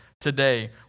today